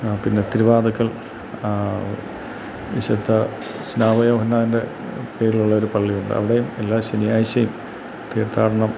ആ പിന്നെ തിരുവാതിക്കൽ വിശുദ്ധ നാവ്വയോഹന്നാൻ്റെ പേരിലുള്ള ഒരു പള്ളിയുണ്ട് അവിടെയും എല്ലാ ശനിയാഴ്ചയും തീർത്ഥാടനം